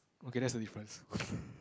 okay that's the difference